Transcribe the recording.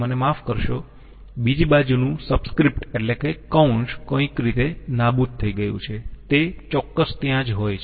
મને માફ કરશો બીજી બાજુનું સબસ્ક્રિપ્ટ એટલે કે કૌંસ કોઈક રીતે નાબૂદ થઈ ગયું છે તે ચોક્કસ ત્યાં જ હોય છે